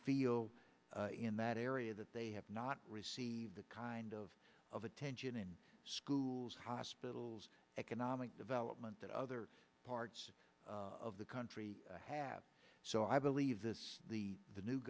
feel in that area that they have not received the kind of of attention in schools hospitals economic development that other parts of the country have so i believe that the the new